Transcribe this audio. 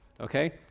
okay